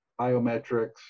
biometrics